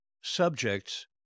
subjects